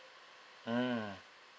mm